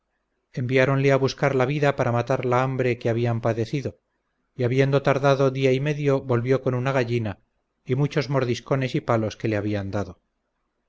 ganado enviáronle a buscar la vida para matar la hambre que habían padecido y habiendo tardado día y medio volvió con una gallina y muchos mordiscones y palos que le habían dado